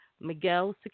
Miguel